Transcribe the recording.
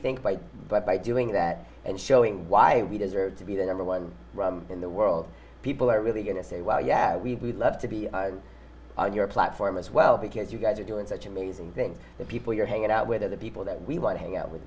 think by but by doing that and showing why we deserved to be the number one in the world people are really going to say well yeah we'd love to be on your platform as well because you guys are doing such amazing things the people you're hanging out with are the people that we want to hang out with